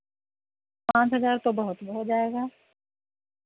पाँच हज़ार तो बहुत वो हो जाएगा